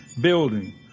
building